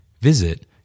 Visit